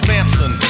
Samson